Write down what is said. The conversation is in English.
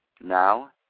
Now